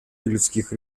людских